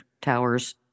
towers